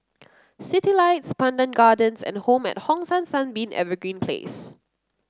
Citylights Pandan Gardens and Home at Hong San Sunbeam Evergreen Place